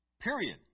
Period